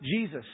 Jesus